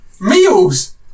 Meals